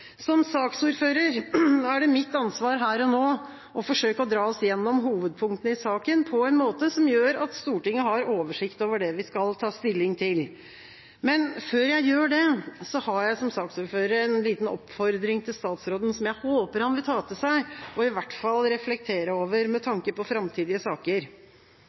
Som saksordfører er det mitt ansvar her og nå å forsøke å dra oss igjennom hovedpunktene i saken, på en måte som gjør at Stortinget har oversikt over det vi skal ta stilling til. Men før jeg gjør det, har jeg som saksordfører en liten oppfordring til statsråden, som jeg håper han vil ta til seg og i hvert fall reflektere over, med tanke på framtidige saker.